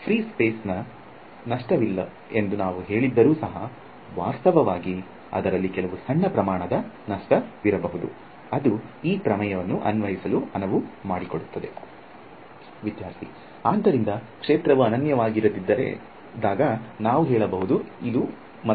free space ವು ನಷ್ಟವಿಲ್ಲ ಎಂದು ನಾವು ಹೇಳಿದ್ದರೂ ಸಹ ವಾಸ್ತವವಾಗಿ ಅದರಲ್ಲಿ ಕೆಲವು ಸಣ್ಣ ಪ್ರಮಾಣದ ನಷ್ಟವಿರಬಹುದು ಅದು ಈ ಪ್ರಮೇಯವನ್ನು ಅನ್ವಯಿಸಲು ಅನುವು ಮಾಡಿಕೊಡುತ್ತದೆ ವಿದ್ಯಾರ್ಥಿ ಆದ್ದರಿಂದ ಕ್ಷೇತ್ರವು ಅನನ್ಯವಾಗಿರದಿದ್ದಾಗ ನಾವು ಹೇಳಬಹುದು ಮತ್ತು ಉದಾಹರಣೆ ನೀಡಬಹುದು